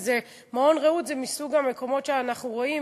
מעון "רעות" הוא מסוג המקומות שאנחנו רואים